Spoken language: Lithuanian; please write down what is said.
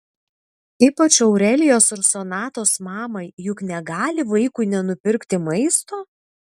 ypač aurelijos ir sonatos mamai juk negali vaikui nenupirkti maisto